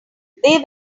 they